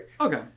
Okay